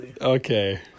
Okay